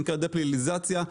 שנקרא דה-פליליזציה.